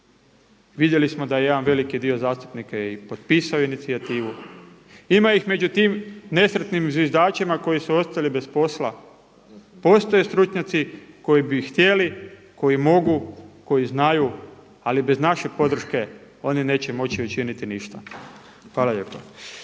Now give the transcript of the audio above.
Vidjeli smo da je jedan veliki dio zastupnika i potpisao inicijativu. Ima ih i među tim nesretnim zviždačima koji su ostali bez posla, postoje stručnjaci koji bi htjeli, koji mogu, koji znaju, ali bez naše podrške oni neće moći učiniti ništa. Hvala lijepa.